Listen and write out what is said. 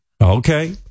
Okay